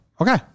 Okay